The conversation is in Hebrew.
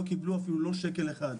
לא קיבלו אפילו לא שקל אחד.